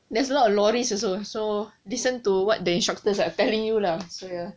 there's a lot of lorries also so listen to what the instructors are telling you lah so ya